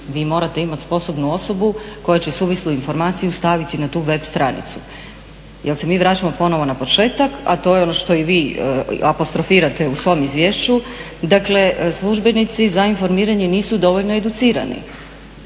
Vi morate imati sposobnu osobu koja će suvislu informaciju staviti na tu web stranicu jer se mi vraćamo ponovno na početak, a to je ono što i vi apostrofirate u svom izvješću, dakle službenici za informiranje nisu dovoljno educirani.